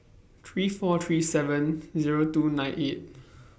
three four three seven Zero two nine eight